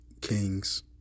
Kings